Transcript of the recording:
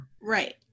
Right